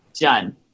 Done